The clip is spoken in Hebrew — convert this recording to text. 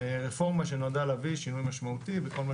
רפורמה שנועדה להביא שינוי משמעותי בכל מה